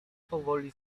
powoli